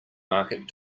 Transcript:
market